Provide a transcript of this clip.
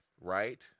right